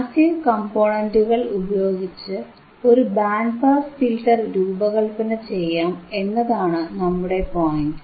passive കംപോണന്റുകൾ ഉപയോഗിച്ച് ഒരു ബാൻഡ് പാസ് ഫിൽറ്റർ രൂപകല്പന ചെയ്യാം എന്നതാണ് നമ്മുടെ പോയിന്റ്